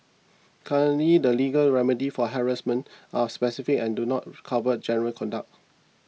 currently the legal remedies for harassment are specific and do not cover general conduct